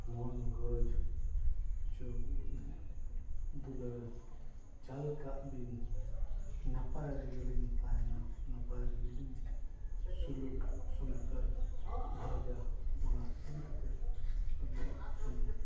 ᱢᱚᱱ ᱜᱚᱨᱚᱡᱽ ᱫᱩᱞᱟᱹᱲ ᱪᱟᱞ ᱠᱟᱜ ᱵᱤᱱ ᱱᱟᱯᱟᱭ ᱨᱮᱜᱮᱞᱤᱧ ᱛᱟᱦᱮᱱᱚᱜ ᱱᱟᱯᱟᱭ ᱨᱮᱜᱮᱞᱤᱧ ᱥᱩᱞᱩᱠ ᱥᱚᱝᱥᱟᱨ ᱜᱷᱟᱨᱚᱸᱡᱟ ᱚᱱᱟ ᱤᱫᱤ ᱠᱟᱛᱮᱫ ᱟᱹᱵᱤᱱᱟᱜ